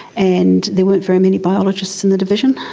and there weren't very many biologists in the division,